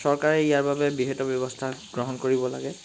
চৰকাৰে ইয়াৰ বাবে বিহিত ব্যৱস্থা গ্ৰহণ কৰিব লাগে